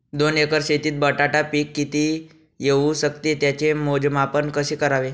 दोन एकर शेतीत बटाटा पीक किती येवू शकते? त्याचे मोजमाप कसे करावे?